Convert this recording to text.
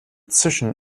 zischen